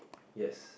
yes